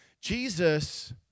Jesus